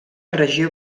regió